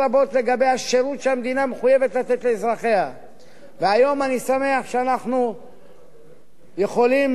והיום אני שמח שאנחנו יכולים לבוא ולומר שאפשר לברך על המוגמר.